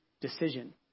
decision